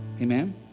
Amen